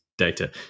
Data